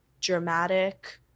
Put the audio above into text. dramatic